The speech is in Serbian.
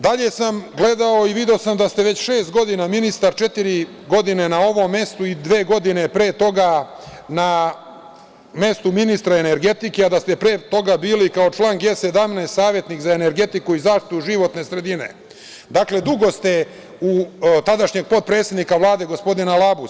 Dalje sam gledao i video sam da ste već šest godina ministar, četiri godine na ovom mestu i dve godine pre toga na mestu ministra energetike, a da ste pre toga bili kao član G17 savetnik za energetiku i zaštitu životne sredine tadašnjeg potpredsednika Vlade gospodina Labusa.